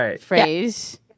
phrase